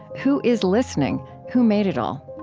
who is listening? who made it all?